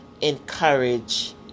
encourage